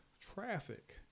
traffic